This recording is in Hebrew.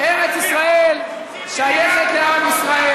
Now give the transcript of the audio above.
ארץ ישראל שייכת לעם ישראל.